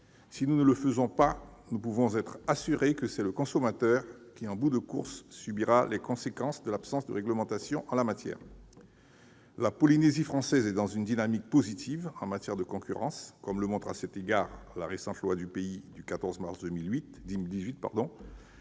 Si nous ne le faisons pas, nous pouvons être assurés que c'est le consommateur qui, en bout de course, subira les conséquences de l'absence de réglementation en la matière. La Polynésie française est dans une dynamique positive en matière de concurrence, comme le montre la récente loi du pays du 14 mars 2018